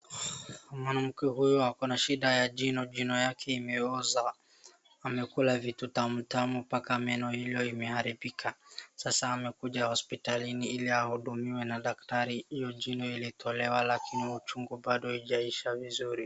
Mwanamke huyu akona shida ya jino , jino yake imeoza amekula vitu tamu tamu mpaka meno imeharibika sasa amkuja hospitalini ili ahudumie na daktari, hiyo jino imetolewa lakini uchung bado haijaisha vizuri.